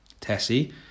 Tessie